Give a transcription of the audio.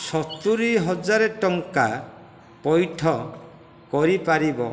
ସତୁରୀ ହଜାର ଟଙ୍କା ପଇଠ କରିପାରିବ